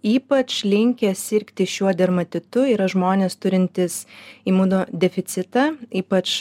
ypač linkę sirgti šiuo dermatitu yra žmonės turintys imunodeficitą ypač